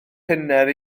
cynnar